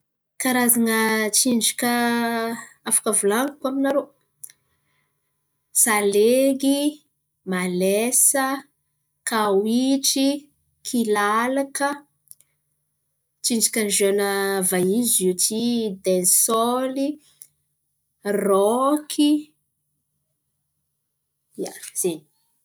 Karazan̈a tsinjaka afaka volan̈iko aminarô: salegy, malesa, kaoitry, kilalaka. Tsinjakan'ny geny avahizo ziô ty: densôly, rôky, ia zen̈y.